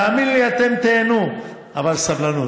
תאמין לי, אתם תיהנו, אבל סבלנות,